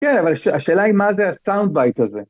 ‫כן, אבל השאלה היא ‫מה זה הסאונדבייט הזה?